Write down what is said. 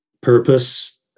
purpose